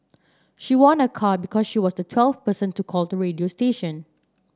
she won a car because she was the twelfth person to call the radio station